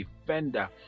defender